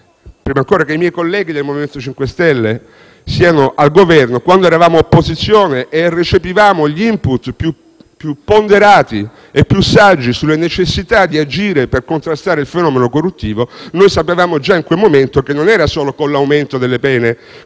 Prima ancora che i miei colleghi del MoVimento 5 Stelle andassero al Governo, quando eravamo opposizione e recepivamo gli *input* più ponderati e saggi sulla necessità di agire per contrastare il fenomeno corruttivo, già sapevamo in quel momento che non era solo con l'aumento delle pene che